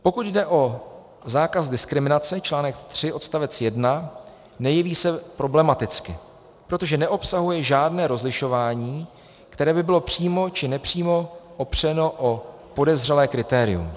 Pokud jde o zákaz diskriminace, článek 3 odst. 1, nejeví se problematicky, protože neobsahuje žádné rozlišování, které by bylo přímo či nepřímo opřeno o podezřelé kritérium.